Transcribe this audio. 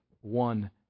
one